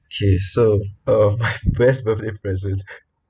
okay so uh my best birthday present